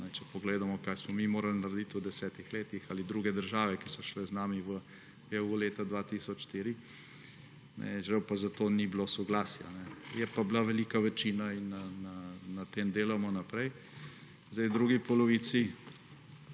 Če pogledamo, kaj smo mi morali narediti v desetih letih ali druge države, ki so šle z nami v EU leta 2004. Žal pa za to ni soglasja. Je pa bila velika večina in na tem delamo naprej. V drugi polovici